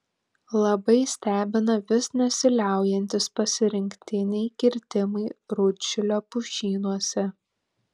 labai stebina vis nesiliaujantys pasirinktiniai kirtimai rūdšilio pušynuose